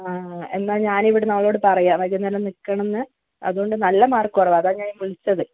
ആ എന്നാൽ ഞാൻ ഇവിടെന്ന് അവളോട് പറയാം വൈകുന്നേരം നിൽക്കണമെന്ന് അതുകൊണ്ട് നല്ല മാർക്ക് കുറവാണ് അതാ ഞാൻ വിളിച്ചത്